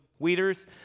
Weeders